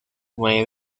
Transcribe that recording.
nueve